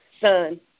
son